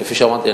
כפי שאמרתי,